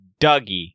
Dougie